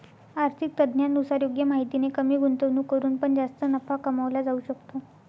आर्थिक तज्ञांनुसार योग्य माहितीने कमी गुंतवणूक करून पण जास्त नफा कमवला जाऊ शकतो